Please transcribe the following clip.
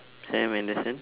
sam anderson